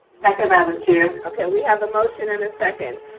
second, madam chair. okay, we have a motion and a second.